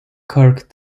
kirk